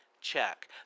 Check